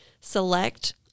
select